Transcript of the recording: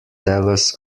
delos